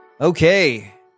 Okay